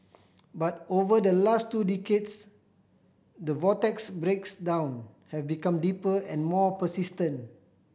but over the last two decades the vortex have become deeper and more persistent